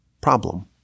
problem